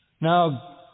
Now